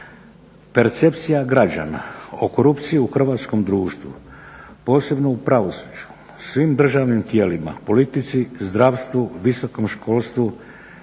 Percepcija građana o korupciji u hrvatskom društvu posebno u pravosuđu, svim državnim tijelima, politici, zdravstvu, visokom školstvu